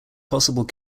possible